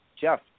Jeff